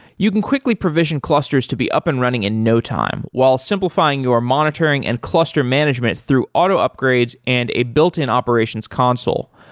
you can quickly provision clusters clusters to be up and running in no time while simplifying your monitoring and cluster management through auto upgrades and a built-in operations console.